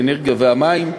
האנרגיה והמים,